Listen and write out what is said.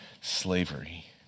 slavery